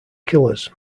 killers